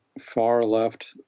far-left